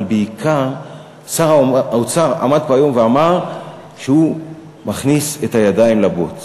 אבל בעיקר שר האוצר עמד פה היום ואמר שהוא מכניס את הידיים לבוץ,